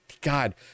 God